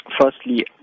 firstly